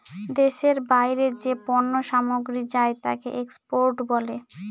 দেশের বাইরে যে পণ্য সামগ্রী যায় তাকে এক্সপোর্ট বলে